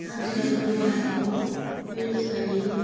आज युवाहरूको बेरोजगारी